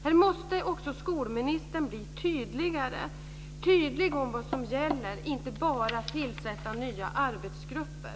Här måste också skolministern bli tydligare - tydlig om vad som gäller - och inte bara tillsätta nya arbetsgrupper.